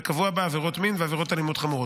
וקבוע בה עבירות מין ועבירות אלימות חמורות.